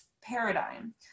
paradigm